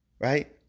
right